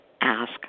ask